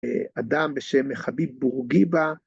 אדם בשם חביב בורגיבה.